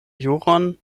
juron